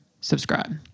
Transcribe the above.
subscribe